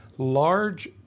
Large